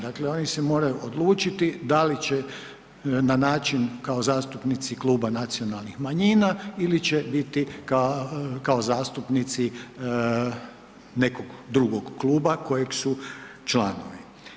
Dakle, oni se moraju odlučiti da li će na način kao zastupnici kluba nacionalnih manjina ili će biti kao zastupnici nekog drugog kluba kojeg su članovi.